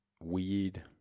Weed